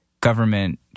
government